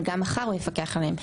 וגם מחר הוא יפקח עליהם.